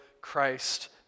Christ